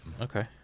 Okay